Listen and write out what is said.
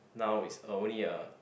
now is only a